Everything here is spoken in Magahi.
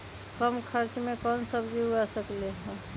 कम खर्च मे कौन सब्जी उग सकल ह?